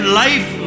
life